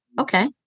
Okay